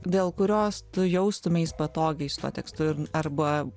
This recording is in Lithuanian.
dėl kurios tu jaustumeis patogiai su tuo tekstu ir arba